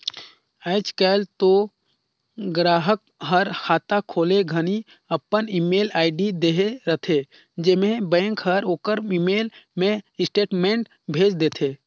आयज कायल तो गराहक हर खाता खोले घनी अपन ईमेल आईडी देहे रथे जेम्हें बेंक हर ओखर ईमेल मे स्टेटमेंट भेज देथे